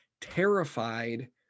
terrified